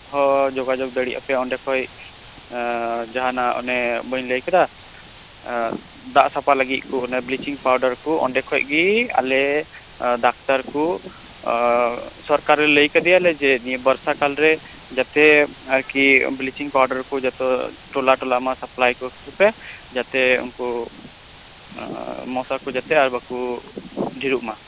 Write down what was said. ᱦᱚᱸ ᱡᱳᱜᱟᱡᱳᱜᱽ ᱫᱟᱲᱮᱭᱟᱜ ᱯᱮ ᱚᱸᱰᱮ ᱠᱷᱚᱡ ᱚᱱᱮ ᱡᱟᱦᱟᱸᱱᱟᱜ ᱚᱱᱮ ᱵᱟᱹᱧ ᱞᱟᱹᱭ ᱠᱮᱫᱟ ᱫᱟᱜ ᱥᱟᱯᱷᱟ ᱞᱟᱜᱤᱜ ᱚᱱᱮ ᱵᱞᱤᱪᱤᱝ ᱯᱟᱣᱰᱟᱨ ᱠᱚ ᱚᱸᱰᱮ ᱠᱷᱚᱡ ᱜᱮ ᱟᱞᱮ ᱰᱟᱠᱛᱟᱨ ᱠᱚ ᱥᱚᱨᱠᱟᱨ ᱞᱟᱹᱭ ᱠᱟᱫᱮᱭᱟᱞᱮ ᱡᱮ ᱱᱤᱭᱟᱹ ᱵᱚᱨᱥᱟᱠᱟᱞ ᱨᱮ ᱡᱟᱛᱮ ᱟᱨᱠᱤ ᱵᱞᱤᱪᱤᱝ ᱯᱟᱣᱰᱟᱨ ᱠᱚ ᱡᱚᱛᱚ ᱴᱚᱞᱟ ᱴᱚᱞᱟ ᱢᱟ ᱥᱟᱯᱞᱟᱭ ᱠᱚ ᱯᱮ ᱡᱟᱛᱮ ᱩᱱᱠᱩ ᱟᱨ ᱡᱟᱛᱮ ᱢᱚᱥᱟ ᱠᱚ ᱡᱟᱛᱮ ᱟᱨ ᱵᱟᱠᱚ ᱰᱷᱮᱨᱳᱜ ᱢᱟ